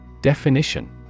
Definition